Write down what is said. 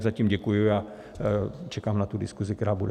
Zatím děkuji a čekám na tu diskusi, která bude.